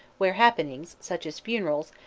where happenings, such as funerals,